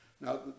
Now